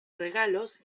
regalos